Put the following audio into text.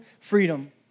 freedom